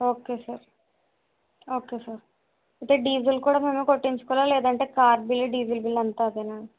okay sir okay sir అంటే diesel కూడా మేమే కొట్టించుకోవాలా లేదంటే కార్ బిల్లు డీజిల్ బిల్లు అంతా అదేనా